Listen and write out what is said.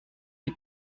die